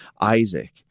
Isaac